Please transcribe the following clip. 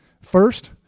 First